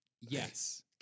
yes